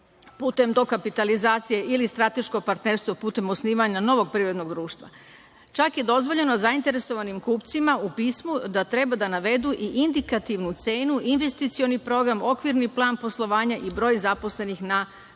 putem dokapitalizacije ili strateško partnerstvo putem osnivanja novog privrednog društva. Čak je dozvoljeno zainteresovanim kupcima u pismu da treba da navedu i indikativnu cenu investicioni program, okvirni plan poslovanja i broj zaposlenih na neodređeno vreme.